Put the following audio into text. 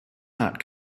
not